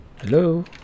Hello